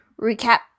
recap